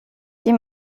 die